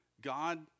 God